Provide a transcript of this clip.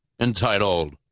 entitled